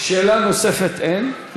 זה אתם עשיתם את ההתנתקות.